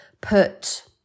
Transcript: put